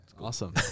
awesome